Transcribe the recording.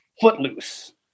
Footloose